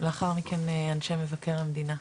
לאחר מכן אנשי מבקר המדינה.